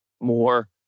more